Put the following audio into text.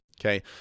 okay